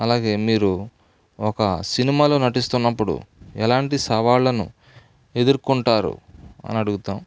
అలాగే మీరు ఒక సినిమాలో నటిస్తున్నప్పుడు ఎలాంటి సవాళ్ళను ఎదుర్కుంటారు అని అడుగుతాం